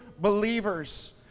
believers